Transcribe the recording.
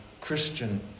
Christian